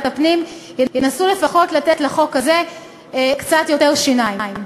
הפנים ינסו לפחות לתת לחוק הזה קצת יותר שיניים.